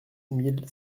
mille